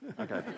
Okay